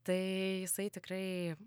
tai jisai tikrai